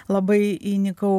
labai įnikau